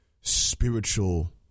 spiritual